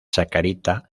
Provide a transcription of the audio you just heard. chacarita